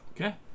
Okay